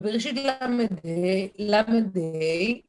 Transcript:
בראשית, לה', לה'